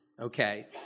okay